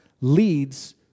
leads